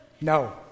No